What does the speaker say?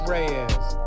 Reyes